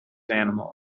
animals